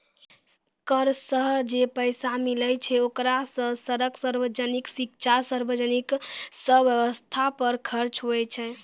कर सं जे पैसा मिलै छै ओकरा सं सड़क, सार्वजनिक शिक्षा, सार्वजनिक सवस्थ पर खर्च हुवै छै